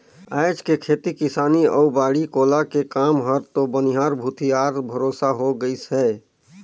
आयज के खेती किसानी अउ बाड़ी कोला के काम हर तो बनिहार भूथी यार भरोसा हो गईस है